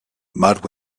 mud